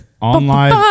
online